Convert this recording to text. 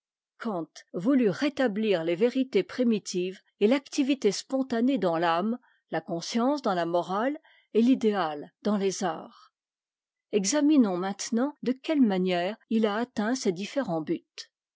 kant voulut rétablir les vérités primitives et l'activité spontanée dans t'âme ia conscience dans la morale et t'ideat dans les arts examinons maintenant de quette manière il a atteint ces différents buts